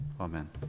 Amen